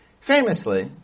Famously